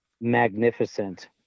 magnificent